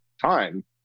time